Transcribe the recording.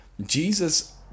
Jesus